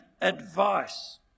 advice